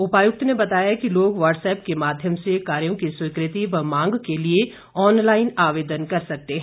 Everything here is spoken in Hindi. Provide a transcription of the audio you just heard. उपायुक्त ने बताया कि लोग व्हाट्सऐप के माध्यम से कार्यों की स्वीकृति व मांग के लिए ऑन लाईन आवेदन कर सकते हैं